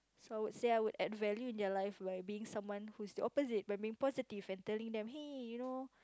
so I would say I would add value in their life by being someone who's the opposite by being positive and telling them hey you know